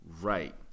Right